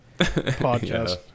podcast